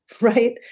right